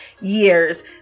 years